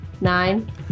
Nine